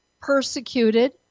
persecuted